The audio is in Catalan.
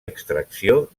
extracció